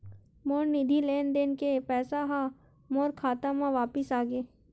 मोर निधि लेन देन के पैसा हा मोर खाता मा वापिस आ गे